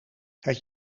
het